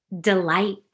delight